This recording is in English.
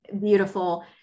beautiful